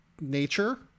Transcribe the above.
nature